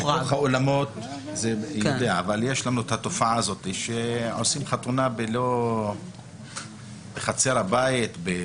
אבל יש תופעה שעושים חתונה בחצר הבית.